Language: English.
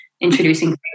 introducing